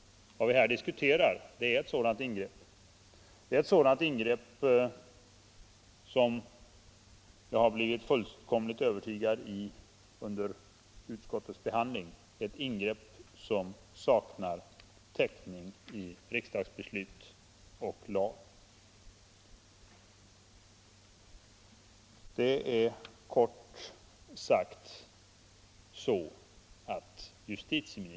Vad vi här diskuterar är ett sådant ingrepp. Det är ett sådant ingrepp som — det har jag blivit fullkomligt övertygad om under utskottets behandling — saknar täckning i riksdagsbeslut och lag.